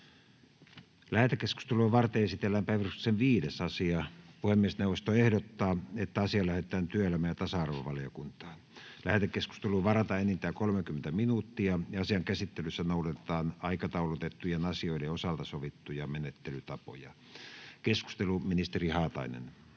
Lähetekeskustelua varten esitellään päiväjärjestyksen 5. asia. Puhemiesneuvosto ehdottaa, että asia lähetetään työelämä- ja tasa-arvovaliokuntaan. Lähetekeskusteluun varataan enintään 30 minuuttia. Asian käsittelyssä noudatetaan aikataulutettujen asioiden osalta sovittuja menettelytapoja. — Keskustelu, ministeri Haatainen.